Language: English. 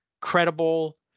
credible